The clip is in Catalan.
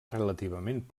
relativament